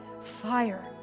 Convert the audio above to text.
fire